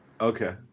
Okay